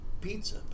pizza